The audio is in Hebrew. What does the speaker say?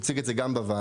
הציג את זה גם בוועדה,